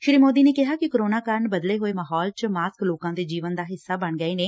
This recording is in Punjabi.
ਸ਼੍ਰੀ ਮੋਦੀ ਨੇ ਕਿਹਾ ਕੋਰੋਨਾ ਕਾਰਨ ਬਦਲੇ ਹੋਏ ਮਾਹੌਲ 'ਚ 'ਮਾਸਕ' ਲੋਕਾਂ ਦੇ ਜੀਵਨ ਦਾ ਹਿੱਸਾ ਬਣ ਗਏ ਨੇ